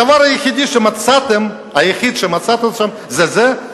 הדבר היחיד שמצאתם שם זה זה?